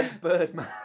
Birdman